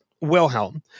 Wilhelm